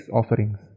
offerings